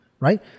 right